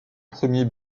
premier